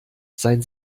sein